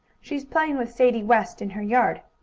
she's playing with sadie west, in her yard.